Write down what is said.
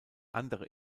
andere